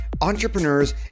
entrepreneurs